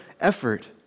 effort